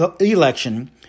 election